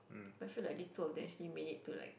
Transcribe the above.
but I feel like these two of they actually made it to like